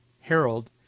Harold